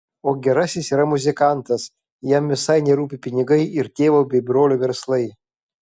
o gerasis yra muzikantas jam visai nerūpi pinigai ir tėvo bei brolio verslai